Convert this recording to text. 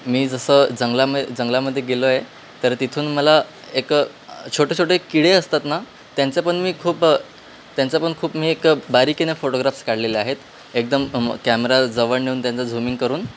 मी जसं जंगलाम जंगलामध्ये गेलो आहे तर तिथून मला एक छोटे छोटे किडे असतात ना त्यांचं पण मी खूप त्यांचा पण खूप मी एक बारीकीने फोटोग्राफ्स काढलेले आहेत एकदम कॅमेरा जवळ नेऊन त्यांचा झुमिंग करून